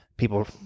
People